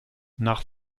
nach